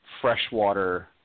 freshwater